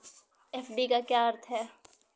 FD का अर्थ क्या है?